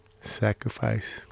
sacrifice